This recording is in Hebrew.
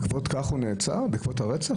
בעקבות כך הוא נעצר, בעקבות הרצח?